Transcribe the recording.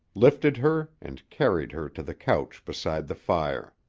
lifted her and carried her to the couch beside the fire.